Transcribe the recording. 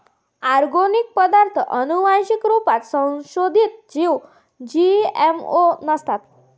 organic पदार्ताथ आनुवान्सिक रुपात संसोधीत जीव जी.एम.ओ नसतात